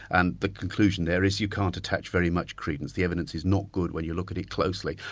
and the conclusion there is you can't attach very much credence, the evidence is not good when you look at it closely.